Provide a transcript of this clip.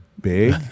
big